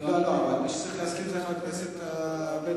מי שצריך להסכים זה חבר הכנסת בן-ארי.